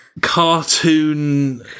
cartoon